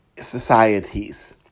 societies